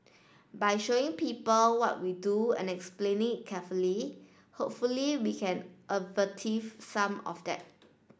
by showing people what we do and explaining carefully hopefully we can alleviate some of that